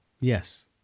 Yes